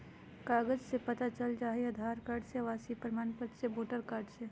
कागज से पता चल जाहई, आधार कार्ड से, आवासीय प्रमाण पत्र से, वोटर कार्ड से?